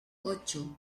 ocho